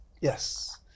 Yes